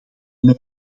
mij